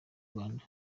rwanda